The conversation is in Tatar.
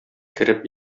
кереп